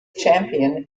champion